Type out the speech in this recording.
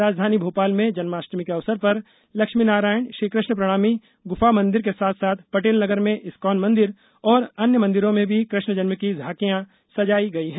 राजधानी भोपाल में जन्माष्टमी के अवसर पर लक्ष्मीनारायण श्रीकृष्णप्रणामी गुफामंदिर के साथ साथ पटेलनगर में एस्कॉन मंदिर और अन्य मंदिरों में कृष्णजन्म की झांकिया सजाई गई है